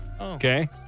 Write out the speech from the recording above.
Okay